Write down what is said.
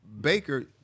Baker